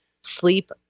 sleep